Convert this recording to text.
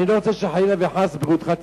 אני לא רוצה שחלילה וחס בריאותך תיפגע.